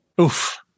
Oof